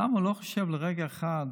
למה הוא לא חושב לרגע אחד,